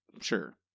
Sure